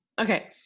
Okay